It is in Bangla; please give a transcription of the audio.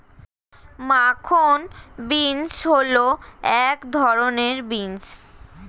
মাখন বিন্স হল এক ধরনের বিন্স